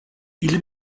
ils